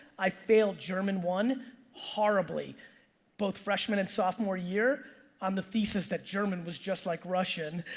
i failed german one horribly both freshman and sophomore year on the thesis that german was just like russian.